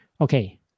Okay